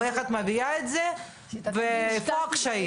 איך את מביאה את זה ואיפה הקשיים?